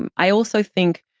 and i also think,